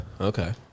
Okay